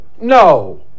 no